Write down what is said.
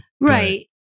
right